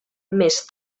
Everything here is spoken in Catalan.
més